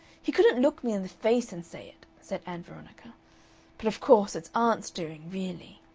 he couldn't look me in the face and say it, said ann veronica but of course it's aunt's doing really.